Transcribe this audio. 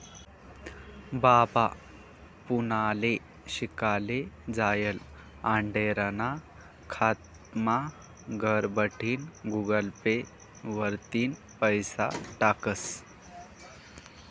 बाबा पुनाले शिकाले जायेल आंडेरना खातामा घरबठीन गुगल पे वरतीन पैसा टाकस